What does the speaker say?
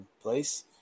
place